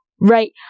right